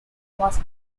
was